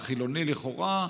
החילוני לכאורה,